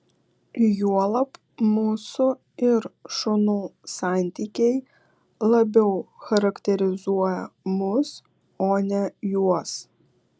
juolab mūsų ir šunų santykiai labiau charakterizuoja mus o ne juos